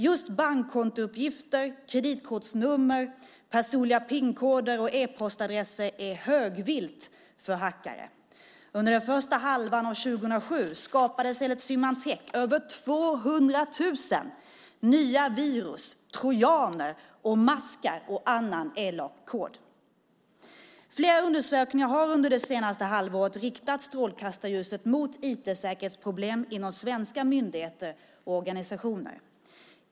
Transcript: Just bankkontouppgifter, kreditkortsnummer, personliga PIN-koder och e-postadresser är högvilt för hackare. Under den första halvan av 2007 skapades enligt Symantec över 200 000 nya virus, trojaner, maskar och annan elak kod. Flera undersökningar har under det senaste halvåret riktat strålkastarljuset mot IT-säkerhetsproblem hos svenska myndigheter och organisationer.